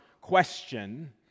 question